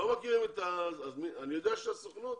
אני יודע שלסוכנות